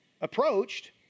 approached